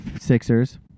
Sixers